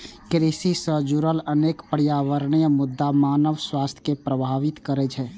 कृषि सं जुड़ल अनेक पर्यावरणीय मुद्दा मानव स्वास्थ्य कें प्रभावित करै छै